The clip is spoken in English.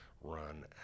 run